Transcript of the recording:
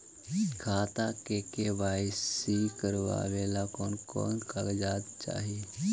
खाता के के.वाई.सी करावेला कौन कौन कागजात चाही?